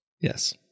yes